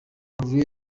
rally